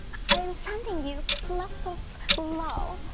i'm sending you lots of love,